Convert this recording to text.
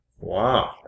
Wow